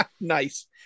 nice